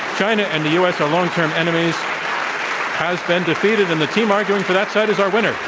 china and the u. s. are long-term enemies has been defeated. and the team arguing for that side is our winner.